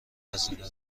هزینه